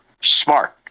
smart